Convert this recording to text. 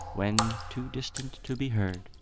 when too distant to be heard,